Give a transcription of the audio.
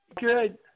good